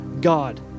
God